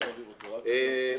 איך שהוא להעביר אותו, פרינציפ.